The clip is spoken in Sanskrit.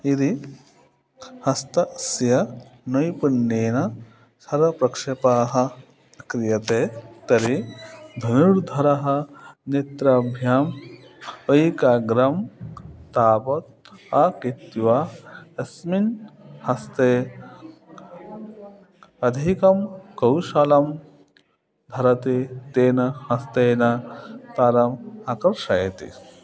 यदि हस्तस्य नैपुण्येन शरप्रक्षेपः क्रियते तर्हि धनुर्धरः नेत्राभ्याम् ऐकाग्र्यम् तावत् अकृत्वा यस्मिन् हस्ते अधिकं कौशलं धरति तेन हस्तेन तारम् आकर्षयति